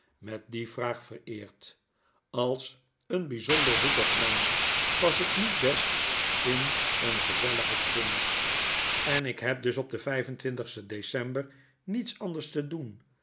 met die vraag vereerd als een bijzonder hoekig man pas ik niet best in een gezelligen kring en ik heb dus op den vijf en twintigsten december niets anders te doen